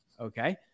Okay